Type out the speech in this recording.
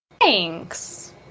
Thanks